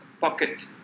pocket